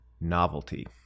novelty